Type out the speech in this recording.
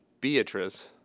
Beatrice